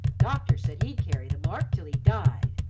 doctor said he'd carry the mark till he died.